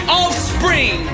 offspring